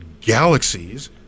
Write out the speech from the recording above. galaxies